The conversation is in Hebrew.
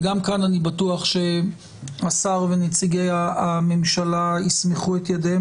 וגם כן אני בטוח שהשר ונציגי הממשלה יסמכו את ידיהם